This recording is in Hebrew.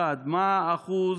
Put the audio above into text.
1. מה אחוז